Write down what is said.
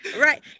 Right